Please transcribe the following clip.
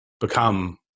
become